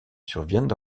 surviennent